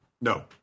No